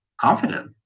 confident